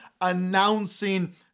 announcing